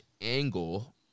angle